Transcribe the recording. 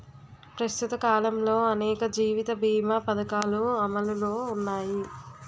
ప్రస్తుత కాలంలో అనేక జీవిత బీమా పధకాలు అమలులో ఉన్నాయి